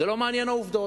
זה לא מעניין, העובדות.